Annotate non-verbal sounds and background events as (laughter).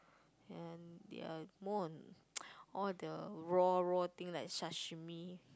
and their more on (noise) all the raw raw thing like sashimi